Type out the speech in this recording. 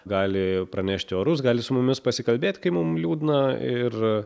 gali pranešti orus gali su mumis pasikalbėti kai mum liūdna ir